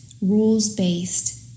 rules-based